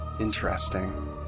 Interesting